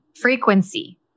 frequency